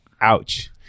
Ouch